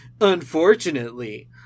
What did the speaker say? Unfortunately